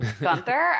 Gunther